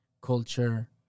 culture